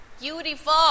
Beautiful